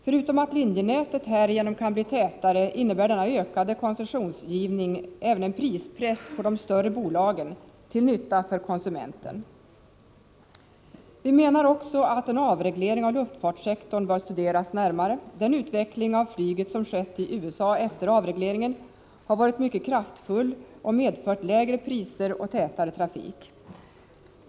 Förutom att linjenätet härigenom kan bli tätare innebär denna ökade koncessionsgivning även en prispress på de större bolagen -— till nytta för konsumenten. Vi menar också att en avreglering av luftfartssektorn bör studeras närmare. Den utveckling av flyget som skett i USA efter avregleringen har varit mycket kraftfull och medfört lägre priser och tätare trafik.